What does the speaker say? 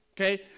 okay